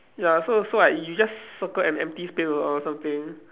ya so so like you just circle an empty space or or something